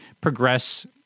progress